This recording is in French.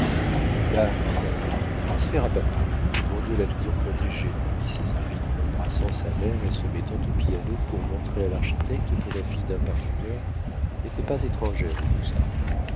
maman laisse faire à papa le bon dieu l'a toujours protégé dit césarine en embrassant sa mère et se mettant au piano pour montrer à l'architecte que la fille d'un parfumeur n'était pas étrangère aux beaux-arts